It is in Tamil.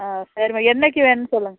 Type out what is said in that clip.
ஆ சரிம்மா என்னைக்கு வேணும்ன்னு சொல்லுங்கள்